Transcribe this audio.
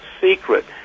secret